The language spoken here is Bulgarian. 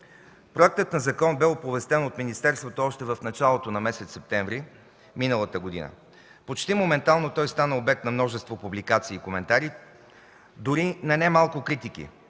Проектът на закон бе оповестен от министерството още в началото на месец септември миналата година. Почти моментално той стана обект на множество публикации и коментари, дори на немалко критики.